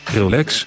relax